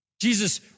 Jesus